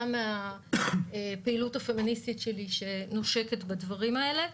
גם מהפעילות הפמיניסטית שלי שנושקת בדברים האלה.